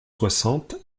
soixante